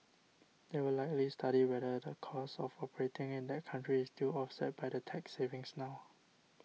they will likely study whether the cost of operating in that country is still offset by the tax savings now